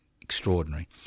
Extraordinary